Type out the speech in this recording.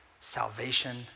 salvation